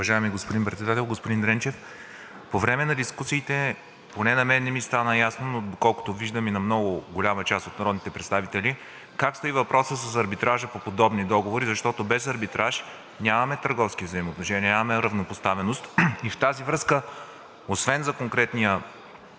Уважаеми господин Председател! Господин Дренчев, по време на дискусиите поне на мен не ми стана ясно, но доколкото виждам, и на много голяма част от народните представители – как стои въпросът с арбитража по подобни договори, защото без арбитраж нямаме търговски взаимоотношения, нямаме равнопоставеност. В тази връзка освен за конкретния